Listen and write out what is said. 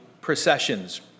processions